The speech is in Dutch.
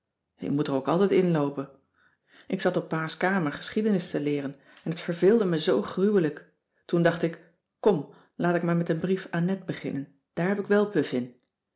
ik moet er ook altijd inloopen ik zat op pa's kamer geschiedenis te leeren en t verveelde me zoo gruwelijk toen dacht ik kom laat ik maar met een brief aan net beginnen daar heb ik wel puf in